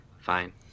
fine